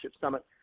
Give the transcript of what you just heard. Summit